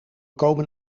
komen